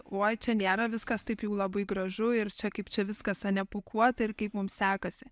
uoj čia nėra viskas taip jau labai gražu ir čia kaip čia viskas ane pūkuota ir kaip mums sekasi